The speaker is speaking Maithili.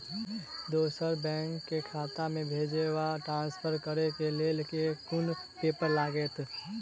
दोसर बैंक केँ खाता मे भेजय वा ट्रान्सफर करै केँ लेल केँ कुन पेपर लागतै?